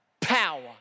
power